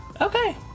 Okay